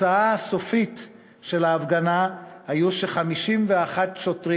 התוצאה הסופית של ההפגנה הייתה ש-51 שוטרים